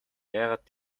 яагаад